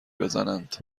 بزنند